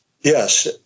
yes